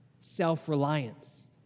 self-reliance